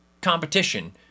competition